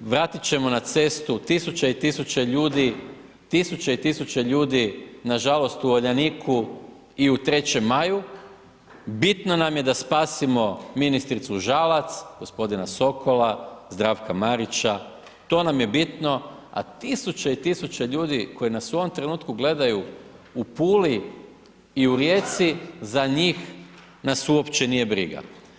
vratit ćemo na cestu tisuće i tisuće ljudi, tisuće i tisuće ljudi nažalost u Uljaniku i u 3. maju, bitno nam je da spasimo ministricu Žalac, gospodina Sokola, Zdravka Marića, to nam je bitno, a tisuće i tisuće ljudi koji nas u ovom trenutku gledaju u Puli i u Rijeci za njih nas uopće nije briga.